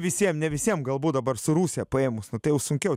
visiem ne visiem galbūt dabar su rusija paėmus nu tai jau sunkiau